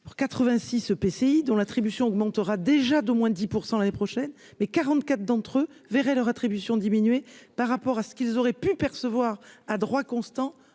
86 P. Si dont l'attribution augmentera déjà d'au moins 10 % l'année prochaine, mais 44 d'entre eux verraient leur attribution diminué par rapport à ce qu'ils auraient pu percevoir à droit constant